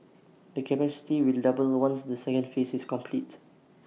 the capacity will double once the second phase is complete